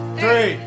three